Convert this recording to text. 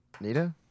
nita